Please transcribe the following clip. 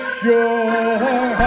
sure